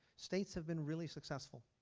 states have been really successful